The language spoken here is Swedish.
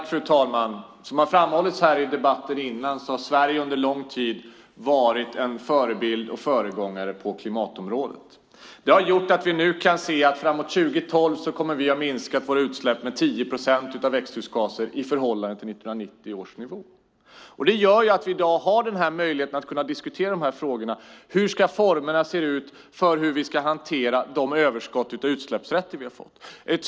Fru talman! Som har framhållits i debatten har Sverige under lång tid varit en förebild och föregångare på klimatområdet. Det har gjort att vi nu kan se att vi fram mot 2012 kommer att ha minskat våra utsläpp av växthusgaser med 10 procent i förhållande till 1990 års nivå. Det gör att vi i dag har möjlighet att diskutera dessa frågor. Hur ska formerna se ut för hur vi ska hantera de överskott av utsläppsrätter vi har fått?